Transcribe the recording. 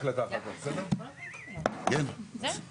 תעמוד על העניין הזה, ושיביאו